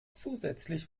zusätzlich